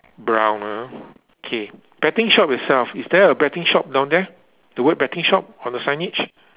brown ah okay betting shop itself is there a betting shop down there the word betting shop on the signage